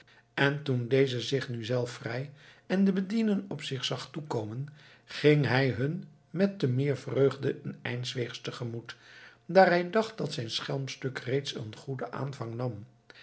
en toen deze nu zichzelf vrij en de bedienden op zich zag toekomen ging hij hun met te meer vreugde een eindweegs tegemoet daar hij dacht dat zijn schelmstuk reeds een goeden aanvang nam